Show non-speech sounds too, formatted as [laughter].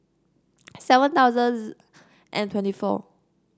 [noise] seven thousand and twenty four